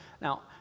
Now